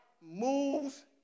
moves